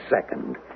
second